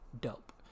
dope